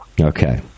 Okay